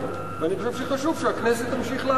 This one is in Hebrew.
ואני חושב שחשוב שהכנסת תמשיך לעקוב.